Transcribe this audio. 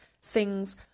sings